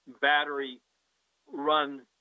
battery-run